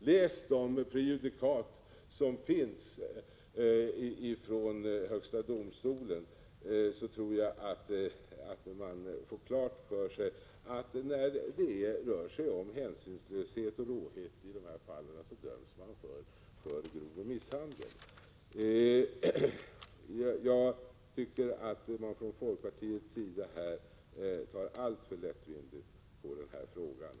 Läs de prejudikat som finns från högsta domstolen! De visar klart att när det rör sig om hänsynslöshet och råhet döms man för grov misshandel. Jag tycker att man från folkpartiets sida tar alltför lättvindigt på den här frågan.